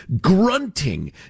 grunting